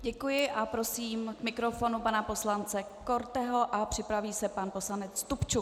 Děkuji a prosím k mikrofonu pana poslance Korteho a připraví se pan poslanec Stupčuk.